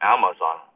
Amazon